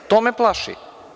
To me plaši.